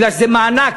כי זה מענק,